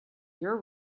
your